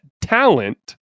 talent